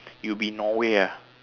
it'll be Norway ah